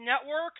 Network